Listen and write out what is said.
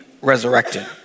resurrected